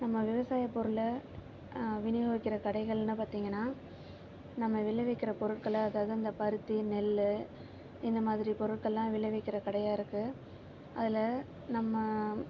நம்ம விவசாயப்பொருளை விநியோகிக்கிற கடைகள்ன்னு பார்த்திங்கனா நம்ம விளைவிக்கிற பொருட்களை அதாவது அந்த பருத்தி நெல் இந்த மாதிரி பொருட்களெலாம் விளைவிக்கிற கடையாக இருக்குது அதில் நம்ம